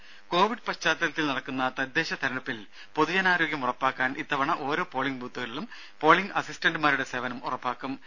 രും കോവിഡ് പശ്ചാത്തലത്തിൽ നടക്കുന്ന തദ്ദേശ തിരഞ്ഞെടുപ്പിൽ പൊതുജനാരോഗ്യം ഉറപ്പാക്കാൻ ഇത്തവണ ഓരോ പോളിങ് ബൂത്തുകളിലും പോളിങ് അസിസ്റ്റന്റുമാരുടെ സേവനം ഉറപ്പാക്കും